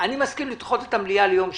אני מסכים לדחות את המליאה ליום שני,